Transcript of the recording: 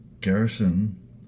Garrison